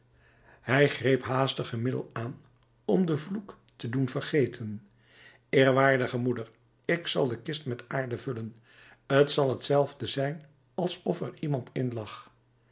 hij greep haastig een middel aan om den vloek te doen vergeten eerwaardige moeder ik zal de kist met aarde vullen t zal hetzelfde zijn alsof er iemand in lag